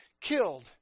killed